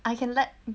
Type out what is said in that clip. I can let